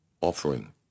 offering